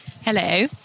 Hello